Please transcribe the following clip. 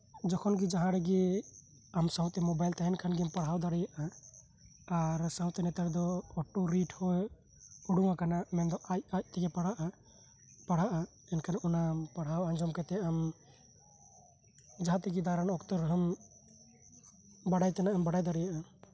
ᱡᱚᱠᱷᱚᱱᱜᱤ ᱡᱟᱦᱟᱸ ᱨᱮᱜᱤ ᱟᱢ ᱥᱟᱶᱛᱮ ᱢᱚᱵᱟᱭᱤᱞ ᱛᱟᱦᱮᱱ ᱠᱷᱟᱱᱜᱤᱢ ᱯᱟᱲᱦᱟᱣ ᱫᱟᱲᱤᱭᱟᱜᱼᱟ ᱟᱨ ᱥᱟᱶᱛᱮ ᱱᱮᱛᱟᱨ ᱫᱚ ᱚᱴᱚ ᱨᱤᱰᱦᱚᱸ ᱩᱰᱩᱝ ᱟᱠᱟᱱᱟ ᱢᱮᱱᱫᱚ ᱟᱡ ᱟᱡᱛᱮᱜᱤ ᱯᱟᱲᱦᱟᱜᱼᱟ ᱯᱟᱲᱦᱟᱜᱼᱟ ᱮᱱᱠᱷᱟᱱ ᱚᱱᱟ ᱯᱟᱲᱦᱟᱣ ᱟᱸᱡᱚᱢ ᱠᱟᱛᱮᱜ ᱟᱢ ᱡᱟᱦᱟᱸᱛᱮᱜᱤ ᱫᱟᱲᱟᱱ ᱚᱠᱛᱚ ᱨᱮᱦᱚᱢ ᱵᱟᱲᱟᱭ ᱛᱮᱱᱟᱜ ᱮᱢ ᱵᱟᱲᱟᱭ ᱫᱟᱲᱤᱭᱟᱜᱼᱟ